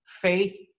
faith